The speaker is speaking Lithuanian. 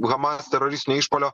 hamas teroristinio išpuolio